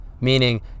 Meaning